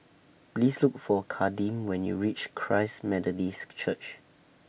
Please Look For Kadeem when YOU REACH Christ Methodist Church